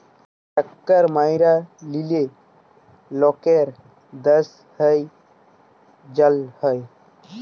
tax ম্যাইরে লিলে লকের দস হ্যয় জ্যাল হ্যয়